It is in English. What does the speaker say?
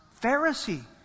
Pharisee